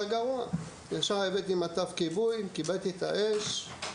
גרוע ישר הבאתי מטף כיבוי וכיביתי את האש,